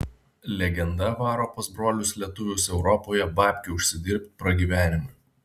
legenda varo pas brolius lietuvius europoje babkių užsidirbt pragyvenimui